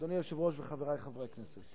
אדוני היושב-ראש וחברי חברי הכנסת,